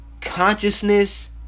Consciousness